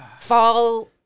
fall